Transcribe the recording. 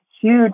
Huge